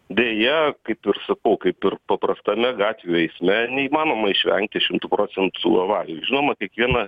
beje kaip ir sakau kaip ir paprastame gatvių eisme neįmanoma išvengti šimtu procentų avarijų žinoma kiekviena